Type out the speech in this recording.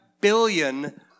billion